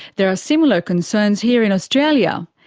there are similar concerns here in australia.